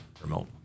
remote